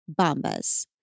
Bombas